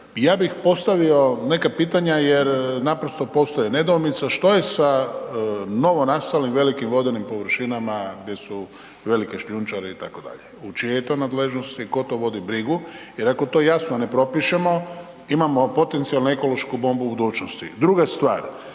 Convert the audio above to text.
ja bih postavio neka pitanja jer naprosto postoje nedoumice. Što je sa novonastalim velikim vodenim površinama gdje su velike šljunčare itd., u čijoj je to nadležnosti, tko to vodi brigu? Jer ako to jasno ne propišemo imamo potencijalu ekološku bombu budućnosti.